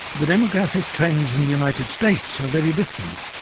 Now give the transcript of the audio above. the demographic trends in the united states are very different.